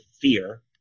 fear